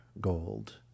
gold